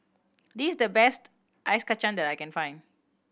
this the best Ice Kachang that I can find